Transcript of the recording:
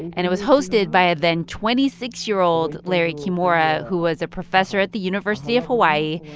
and it was hosted by a then twenty six year old larry kimura, who was a professor at the university of hawaii,